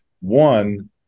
one